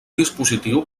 dispositiu